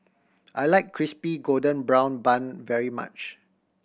I like Crispy Golden Brown Bun very much